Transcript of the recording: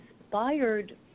inspired